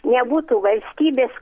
nebūtų valstybės